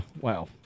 wow